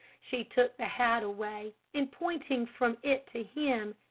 she took the hat away, and pointing from it to him,